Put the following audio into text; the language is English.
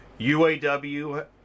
UAW